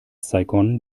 saigon